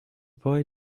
boy